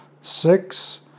six